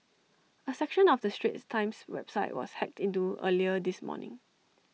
A section of the straits times website was hacked into earlier this morning